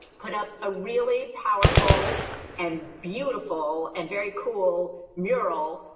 put up a really powerful and beautiful and very cool mural